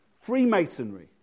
Freemasonry